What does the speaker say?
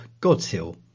Godshill